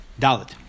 Dalit